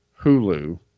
Hulu